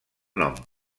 nom